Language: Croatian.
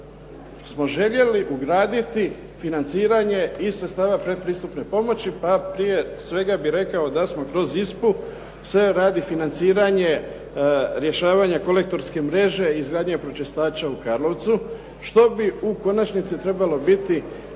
smo željeli ugraditi financiranje iz sredstava predpristupne pomoći pa prije svega bih rekao da smo kroz ISPA-u se radi financiranje rješavanja kolektorske mreže i izgradnje pročistaća u Karlovcu što bi u konačnici trebalo biti